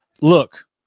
Look